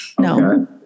no